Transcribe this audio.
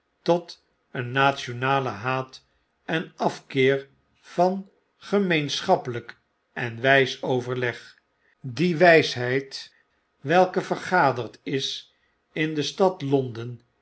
tot een nationalen haat en afkeer van gemeenschappelnk en wijs overleg die wijsheid welke vergaderd is in de stad londen